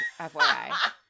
FYI